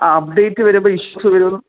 ആ അപ്ഡേറ്റ് വരുമ്പോൾ ഇഷ്യൂസ് വരൂന്നും